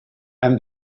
and